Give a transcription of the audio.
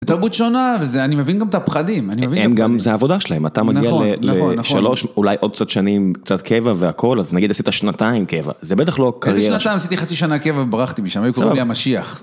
תרבות שונה וזה אני מבין גם את הפחדים, זה העבודה שלהם, אתה מגיע לשלוש, אולי עוד קצת שנים קצת קבע והכל, אז נגיד עשית שנתיים קבע, זה בטח לא קריירה שלך, איזה שנתיים עשיתי חצי שנה קבע וברחתי משם, הם קוראים לי המשיח.